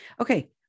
Okay